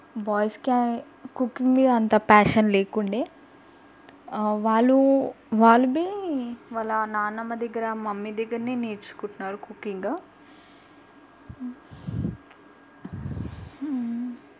బాయ్స్కి కుకింగ్ మీద అంత ప్యాషన్ లేకుండే వాళ్ళు వాళ్ళదే వాళ్ళ నాన్నమ్మ దగ్గర మమ్మీ దగ్గరే నేర్చుకుంటున్నారు కుకింగ్